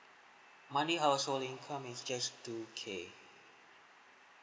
monthly household income is just two K